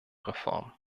reform